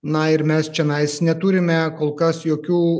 na ir mes čionais neturime kol kas jokių